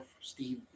Steve